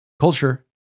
culture